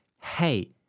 hey